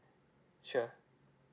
sure